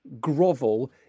grovel